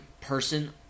person